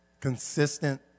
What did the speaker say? consistent